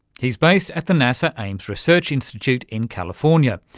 he's based at the nasa ames research institute in california.